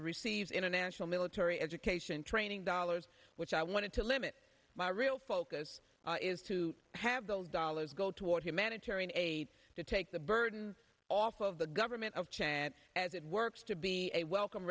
receives international military education training dollars which i wanted to limit my real focus is to have those dollars go toward humanitarian aid to take the burden off of the government of chad as it works to be a welcome